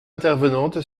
intervenante